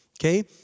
okay